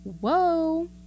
Whoa